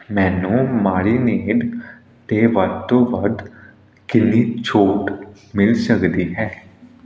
ਮੈਨੂੰ ਮਾਰੀਨੇਡ 'ਤੇ ਵੱਧ ਤੋਂ ਵੱਧ ਕਿੰਨੀ ਛੋਟ ਮਿਲ ਸਕਦੀ ਹੈ